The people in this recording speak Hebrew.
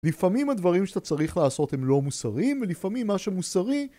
לפעמים הדברים שאתה צריך לעשות הם לא מוסריים ולפעמים מה שמוסרי